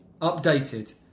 Updated